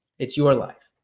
it's your life.